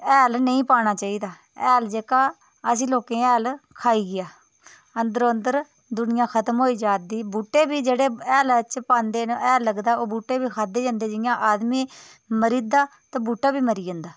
हैल नेईं पाना चाहिदा हैल जेह्का असें लोकें गी हैल खाई गेआ अंदरो अंदर दुनियां ख़तम होई जा'रदी बूह्टे बी जेह्ड़े हैला च पांदे न हैल लगदा ऐ ओह् बूह्टे बी खाद्धे जन्दे जियां आदमी मरी दा ते बूह्टे बी मरी जंदा